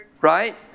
Right